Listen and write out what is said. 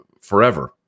forever